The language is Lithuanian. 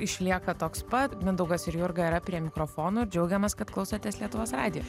išlieka tokspat mindaugas ir jurga yra prie mikrofonų džiaugiamės kad klausotės lietuvos radijo